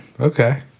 Okay